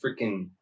freaking